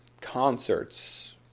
concerts